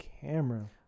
camera